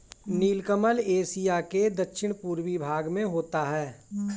नीलकमल Asia के दक्षिण पूर्वी भाग में होता है